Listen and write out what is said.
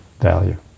value